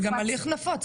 זה גם הליך נפוץ.